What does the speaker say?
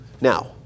Now